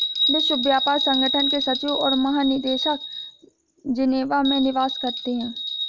विश्व व्यापार संगठन के सचिव और महानिदेशक जेनेवा में निवास करते हैं